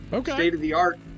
state-of-the-art